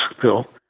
bill